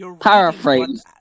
Paraphrase